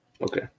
Okay